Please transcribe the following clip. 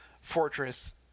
fortress